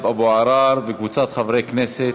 טָלֵב אבו עראר וקבוצת חברי כנסת.